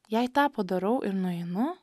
jei tą padarau ir nueinu